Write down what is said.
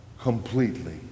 completely